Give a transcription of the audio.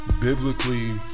biblically